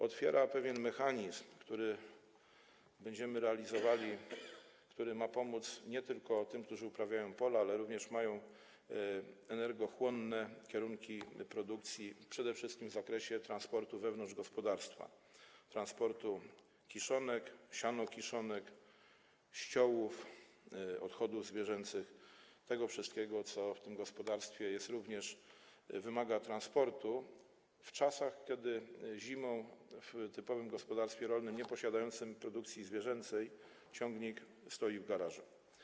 Otwiera pewien mechanizm, który będziemy realizowali, który ma pomóc tym, którzy nie tylko uprawiają pola, ale również prowadzą energochłonne kierunki produkcji, przede wszystkim w zakresie transportu wewnątrz gospodarstwa, transportu kiszonek, sianokiszonek, ściołów, odchodów zwierzęcych - tego wszystkiego, co w tym gospodarstwie wymaga transportu również zimą, w czasie, kiedy w typowym gospodarstwie rolnym nieprowadzącym produkcji zwierzęcej ciągnik stoi w garażu.